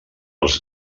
els